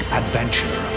adventure